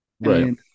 Right